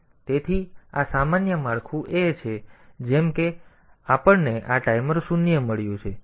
તેથી આ સામાન્ય માળખું છે જેમ કે આપણને આ ટાઈમર શૂન્ય મળ્યું છે